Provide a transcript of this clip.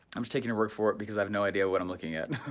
i'm just taking a work for it because i have no idea what i'm looking at.